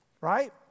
right